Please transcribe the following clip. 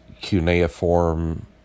cuneiform